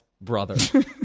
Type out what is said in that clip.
brother